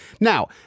Now